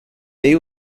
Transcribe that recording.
they